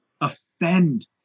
offend